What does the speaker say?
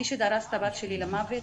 מי שדרס את הבת שלי למוות